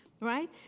Right